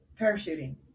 Parachuting